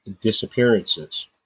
disappearances